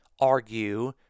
argue